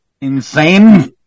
insane